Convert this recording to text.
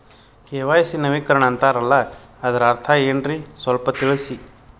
KYC ನವೀಕರಣ ಅಂತಾರಲ್ಲ ಅದರ ಅರ್ಥ ಏನ್ರಿ ಸ್ವಲ್ಪ ತಿಳಸಿ?